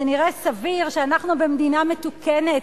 זה נראה סביר שאנחנו, במדינה מתוקנת,